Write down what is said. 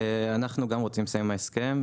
אנחנו גם רוצים לסיים עם ההסכם.